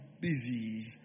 busy